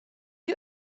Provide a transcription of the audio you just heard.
you